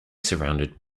surrounded